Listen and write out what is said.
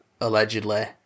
allegedly